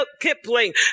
Kipling